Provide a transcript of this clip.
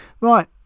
right